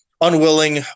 unwilling